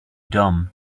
dumb